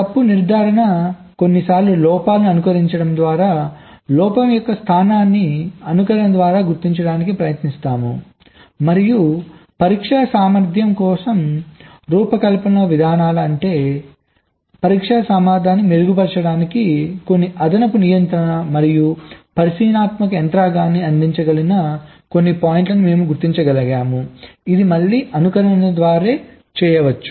తప్పు నిర్ధారణ కొన్నిసార్లు లోపాలను అనుకరించడం ద్వారా లోపం యొక్క స్థానాన్ని అనుకరణ ద్వారా గుర్తించడానికి ప్రయత్నిస్తాము మరియు పరీక్షా సామర్థ్యం కోసం రూపకల్పనలో విధానాలు అంటే పరీక్షా సామర్థ్యాన్ని మెరుగుపరచడానికి కొన్ని అదనపు నియంత్రణ మరియు పరిశీలనాత్మక యంత్రాంగాన్ని అందించగల కొన్ని పాయింట్లను మేము గుర్తించగలము ఇది మళ్ళీ అనుకరణ ద్వారా చేయవచ్చు